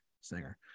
singer